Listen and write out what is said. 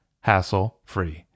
hassle-free